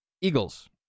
Eagles